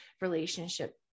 relationship